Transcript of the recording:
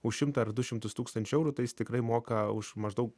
už šimtą ar du šimtus tūkstančių eurų tai jis tikrai moka už maždaug